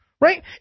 right